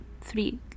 three